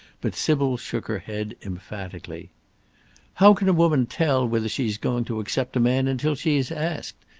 but sybil shook her head emphatically how can a woman tell whether she is going to accept a man until she is asked?